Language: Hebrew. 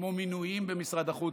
כמו מינויים במשרד החוץ,